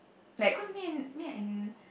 like cause me and me and